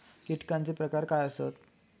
कीटकांचे प्रकार काय आसत?